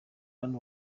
hano